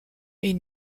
est